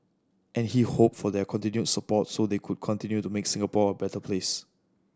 and he hoped for their continued support so they could continue to make Singapore a better place